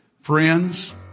Friends